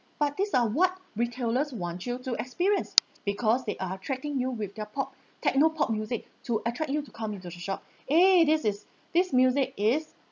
but these are what retailers want you to experience because they are attracting you with their pop techno pop music to attract you to come into the shop eh this is this music is